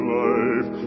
life